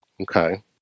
Okay